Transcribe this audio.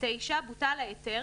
(9)בוטל ההיתר,